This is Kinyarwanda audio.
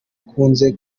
bakunze